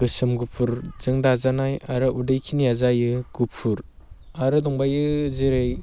गोसोम गुफुरजों दाजानाय आरो उदैखिनिया जायो गुफुर आरो दंबावो जेरै